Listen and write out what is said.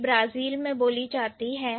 यह ब्राजील में बोली जाती है